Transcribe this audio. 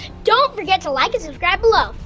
don't forget to like and subscribe below.